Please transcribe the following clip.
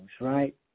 right